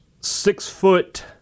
Six-foot